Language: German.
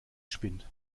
spinnt